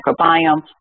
microbiome